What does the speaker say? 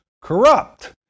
corrupt